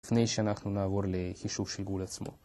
לפני שאנחנו נעבור לחישוב תרגול עצמו.